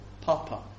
Papa